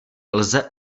lze